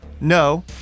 No